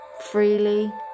freely